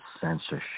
censorship